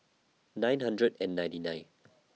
nine hundred and ninety nine